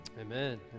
Amen